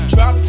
Drop